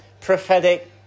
prophetic